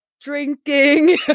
drinking